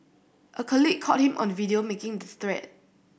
a colleague caught him on video making the threat